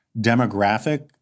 demographic